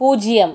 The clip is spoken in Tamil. பூஜ்ஜியம்